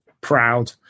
proud